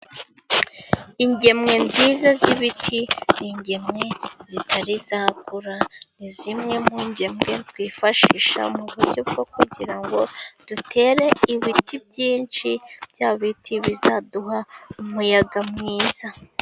Ingemwe nziza z'ibiti, ni ingemwe zitari zakura, ni zimwe mu ngemwe twifashisha mu buryo bwo kugira ngo dutere ibiti byinshi, bya biti bizaduha umuyaga mwiza.